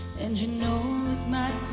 and you know it